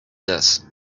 does